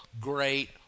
great